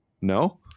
No